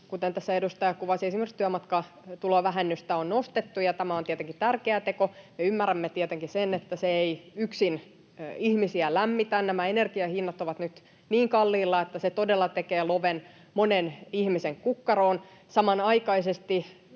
kuten tässä edustaja kuvasi, esimerkiksi työmatkakuluvähennystä on nostettu, ja tämä on tietenkin tärkeä teko. Me ymmärrämme tietenkin, että se ei yksin ihmisiä lämmitä, sillä nämä energian hinnat ovat nyt niin kalliilla, että se todella tekee loven monen ihmisen kukkaroon. Samanaikaisesti,